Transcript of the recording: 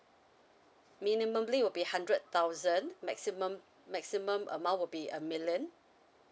minimally would be hundred thousand maximum maximum amount would be a million